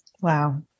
Wow